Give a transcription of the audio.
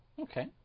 Okay